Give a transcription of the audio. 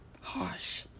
Harsh